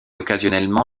occasionnellement